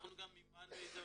אנחנו גם מימנו את